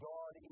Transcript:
God